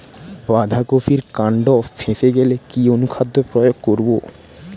বাঁধা কপির কান্ড ফেঁপে গেলে কি অনুখাদ্য প্রয়োগ করব?